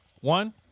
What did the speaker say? one